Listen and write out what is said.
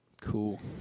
Cool